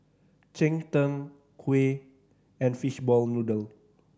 cheng tng kuih and fishball noodle